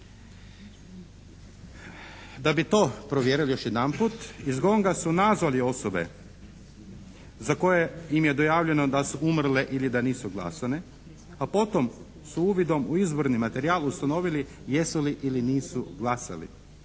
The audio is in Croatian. Da bi to provjerili još jedanput iz GONG-a su nazvali osobe za koje im je dojavljeno da su umrle ili da nisu glasale, a potom su uvidom u izvorni materijal ustanovili jesu li ili nisu glasali.